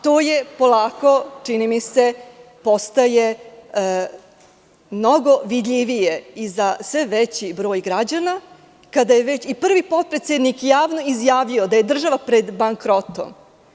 To polako postaje, čini mi se, mnogo vidljivije i za sve veći broj građana, naročito od kada je prvi potpredsednik javno izjavio da je država pred bankrotom.